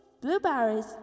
blueberries